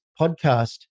podcast